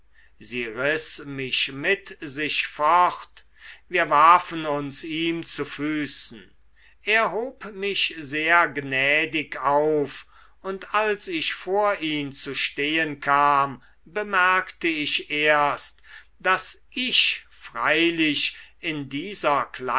sie riß mich mit sich fort wir warfen uns ihm zu füßen er hob mich sehr gnädig auf und als ich vor ihn zu stehen kam bemerkte ich erst daß ich freilich in dieser